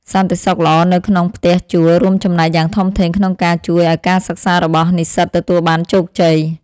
សន្តិសុខល្អនៅក្នុងផ្ទះជួលរួមចំណែកយ៉ាងធំធេងក្នុងការជួយឱ្យការសិក្សារបស់និស្សិតទទួលបានជោគជ័យ។